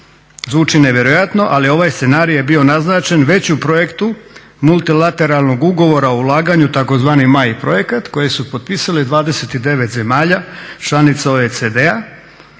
zvuči nevjerojatno ali ovaj scenarij je bio naznačen već u projektu multilateralnog ugovora o ulaganju tzv. … projekat koji su potpisale 29 zemalja članica OECD-a